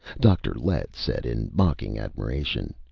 dr. lett said in mocking admiration